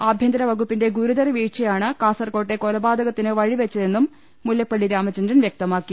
ആഭ്യന്തര വകുപ്പിന്റെ ഗുരുതര വീഴ്ചയാണ് കാസർക്കോട്ടെ കൊലപാതകത്തിന് വഴിവെച്ചതെന്നും മുല്ല പ്പള്ളി രാമചന്ദ്രൻ വ്യക്തമാക്കി